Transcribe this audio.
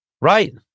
Right